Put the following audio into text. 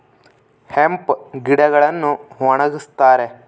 hemp ಗಿಡಗಳನ್ನು ಒಣಗಸ್ತರೆ